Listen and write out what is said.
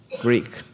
Greek